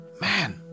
man